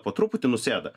po truputį nusėda